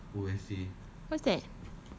like what what's that